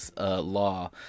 law